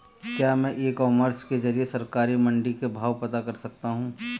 क्या मैं e commerce के ज़रिए सरकारी मंडी के भाव पता कर सकता हूँ?